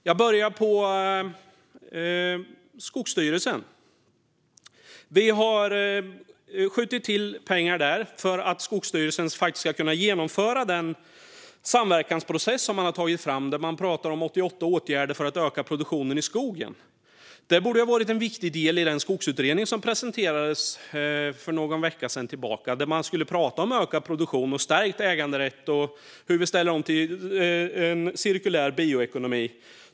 Jag börjar med Skogsstyrelsen. Vi skjuter till pengar för att Skogsstyrelsen ska kunna genomföra den samverkansprocess som man har tagit fram, där man pratar om 88 åtgärder för att öka produktionen i skogen. Detta borde ha varit en viktig del i den skogsutredning som presenterades för någon vecka sedan, där man skulle prata om ökad produktion och stärkt äganderätt och hur vi ställer om till en cirkulär bioekonomi.